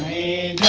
a